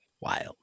Wild